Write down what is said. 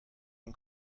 این